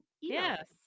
Yes